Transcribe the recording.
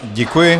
Děkuji.